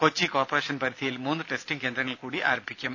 Kochi corporation പരിധിയിൽ മൂന്ന് testing കേന്ദ്രങ്ങൾ കൂടി ആരംഭിക്കും